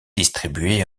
distribué